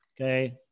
Okay